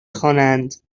خوانند